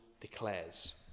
declares